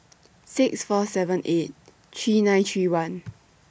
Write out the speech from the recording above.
six four seven eight three nine three one